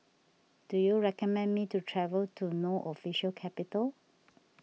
do you recommend me to travel to No Official Capital